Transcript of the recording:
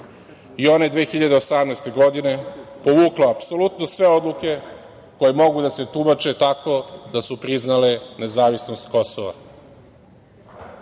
i ona je 2018. godine, povukla apsolutno sve odluke koje mogu da se tumače tako da su priznale nezavisnost Kosova.